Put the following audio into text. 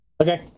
Okay